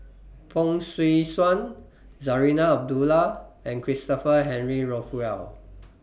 Fong Swee Suan Zarinah Abdullah and Christopher Henry Rothwell